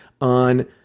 on